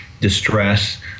distress